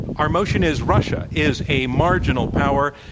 our motion is russia is a marginal power.